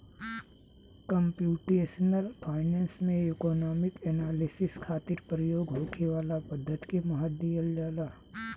computational finance में economic analysis खातिर प्रयोग होखे वाला पद्धति के महत्व दीहल जाला